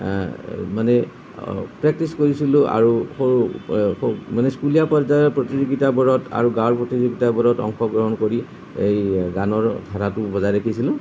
মানে প্ৰেক্টিছ কৰিছিলোঁ আৰু সৰু মানে স্কুলীয়া পৰ্যায়ৰ প্ৰতিযোগিতাবোৰত আৰু গাঁৱৰ প্ৰতিযোগিতাবোৰত অংশগ্ৰহণ কৰি এই গানৰ ধাৰাটো বজাই ৰাখিছিলোঁ